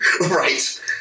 Right